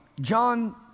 John